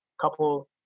couple